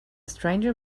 stranger